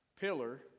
pillar